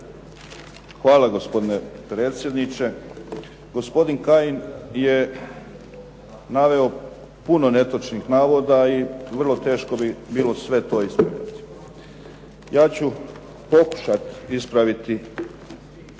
Hvala gospodine predsjedniče. Gospodin Kajin je naveo puno netočnih navoda i vrlo teško bi to bilo sve ispraviti. Ja ću pokušati ispraviti